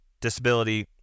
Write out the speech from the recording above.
Disability